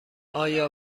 آیا